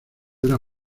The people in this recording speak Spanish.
era